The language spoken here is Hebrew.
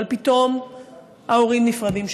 אבל פתאום ההורים נפרדים,